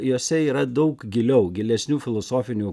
jose yra daug giliau gilesnių filosofinių